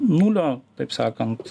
nulio taip sakant